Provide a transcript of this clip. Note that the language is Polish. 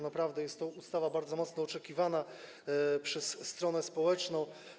Naprawdę jest to ustawa bardzo mocno oczekiwana przez stronę społeczną.